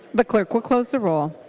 but clerk close the roll.